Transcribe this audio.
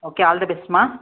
okay all the best மா